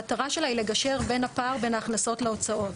המטרה שלה היא לגשר על הפער בין ההכנסות להוצאות.